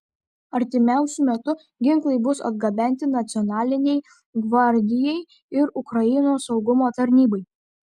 artimiausiu metu ginklai bus atgabenti nacionalinei gvardijai ir ukrainos saugumo tarnybai